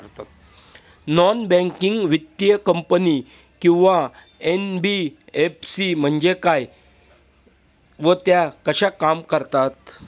Non banking वित्तीय company किंवा NBFC म्हणजे काय व त्या कशा काम करतात?